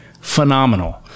Phenomenal